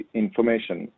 information